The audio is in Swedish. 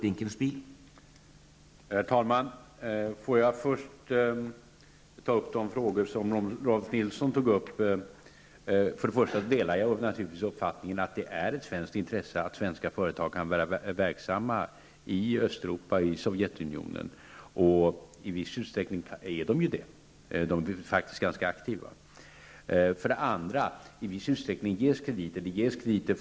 Herr talman! Jag vill först ta upp de frågor som Rolf L Nilson berörde. Jag delar uppfattningen att det är ett svenskt intresse att svenska företag kan vara verksamma i Östeuropa och i Sovjetunionen, vilket de i stor utsträckning ju är. Svenska företag är faktiskt ganska aktiva i det sammanhanget. I viss utsträckning ges det krediter.